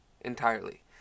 entirely